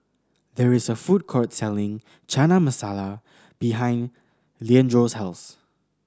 there is a food court selling Chana Masala behind Leandro's house